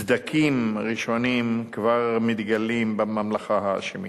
סדקים ראשונים כבר מתגלים בממלכה ההאשמית.